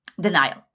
denial